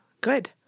Good